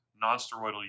non-steroidal